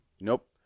nope